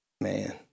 man